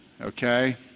Okay